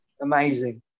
Amazing